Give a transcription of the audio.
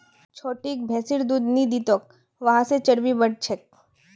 छोटिक भैंसिर दूध नी दी तोक वहा से चर्बी बढ़ छेक